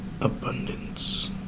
Abundance